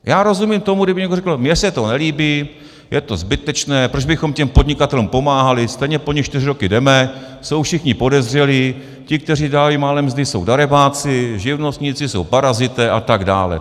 Já rozumím tomu, kdyby někdo řekl: Mně se to nelíbí, je to zbytečné, proč bychom těm podnikatelům pomáhali, stejně po nich čtyři roky jdeme, jsou všichni podezřelí, ti, kteří dávají malé mzdy, jsou darebáci, živnostníci jsou parazité atd.